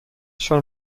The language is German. schon